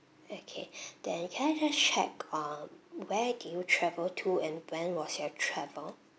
okay then can I check uh where do you travel to and when was your travel